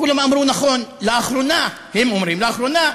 כולם אמרו: נכון, לאחרונה, הם אומרים, לאחרונה,